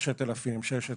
6,000, 6,000,